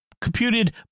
computed